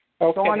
Okay